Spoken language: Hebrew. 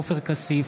עופר כסיף,